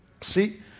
See